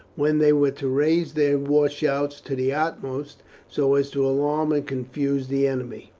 when they were to raise their war shouts to the utmost so as to alarm and confuse the enemy.